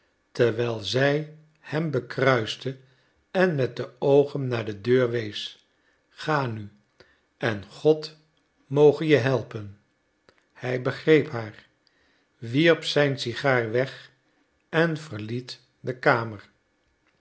terwijl zij hem bekruiste en met de oogen naar de deur wees ga nu en god moge je helpen hij begreep haar wierp zijn sigaar weg en verliet de kamer